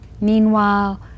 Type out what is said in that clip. Meanwhile